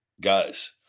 guys